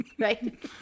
right